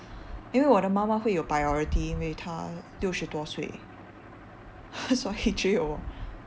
因为我的妈妈会有 priority 因为她六十多岁所以只有我